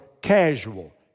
casual